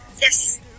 Yes